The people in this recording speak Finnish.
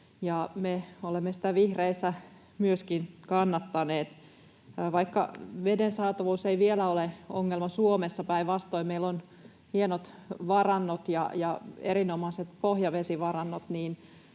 Myöskin me vihreissä olemme sitä kannattaneet. Vaikka veden saatavuus ei vielä ole ongelma Suomessa — päinvastoin, meillä on hienot varannot ja erinomaiset pohjavesivarannot